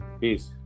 Peace